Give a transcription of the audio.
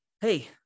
hey